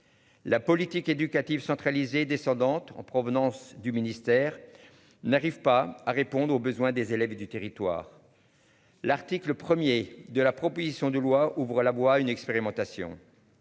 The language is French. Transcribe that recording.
La politique éducative centralisé descendante en provenance du ministère n'arrive pas à répondre aux besoins des élèves du territoire. L'article 1er de la proposition de loi ouvrent la voie à une expérimentation.